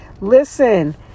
Listen